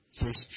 first